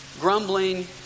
grumbling